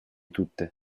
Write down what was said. tutte